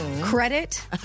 credit